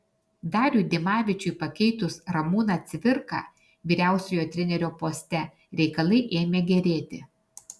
dariui dimavičiui pakeitus ramūną cvirką vyriausiojo trenerio poste reikalai ėmė gerėti